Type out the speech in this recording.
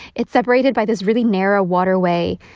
it's separated by this really narrow waterway.